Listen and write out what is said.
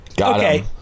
Okay